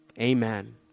Amen